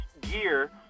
Gear